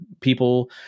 people